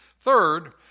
Third